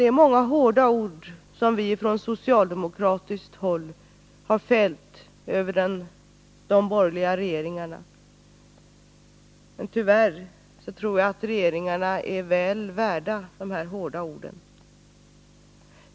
Det är många hårda ord som vi ifrån socialdemokratiskt håll har fällt över de borgerliga regeringarnas politik, och tyvärr tror jag att regeringarna är väl värda de här hårda orden.